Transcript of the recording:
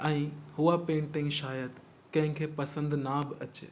ऐं उहा पेंटिंग शायदि कंहिं खे पसंदि न बि अचे